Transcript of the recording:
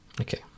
Okay